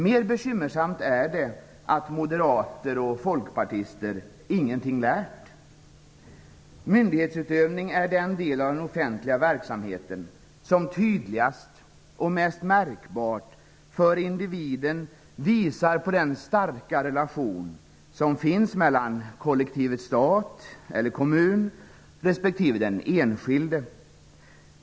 Mer bekymmersamt är det att moderater och folkpartister ingenting lärt. Myndighetsutövning är den del av den offentliga verksamheten som tydligast och mest märkbart för individen visar på den starka relation som finns mellan kollektivet stat eller kommun respektive den enskilde.